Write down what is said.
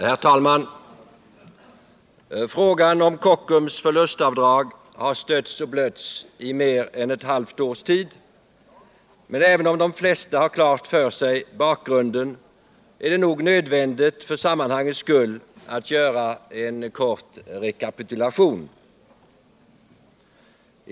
Herr talman! Frågan om Kockums AB:s förlustavdrag har stötts och blötts i mer än ett halvt års tid. Men även om de flesta har bakgrunden klar för sig är det nog nödvändigt att för sammanhangets skull göra en kort rekapitulation.